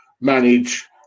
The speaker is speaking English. manage